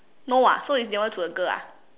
no ah so it's nearer to the girl ah